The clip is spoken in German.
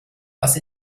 was